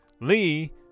Lee